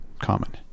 common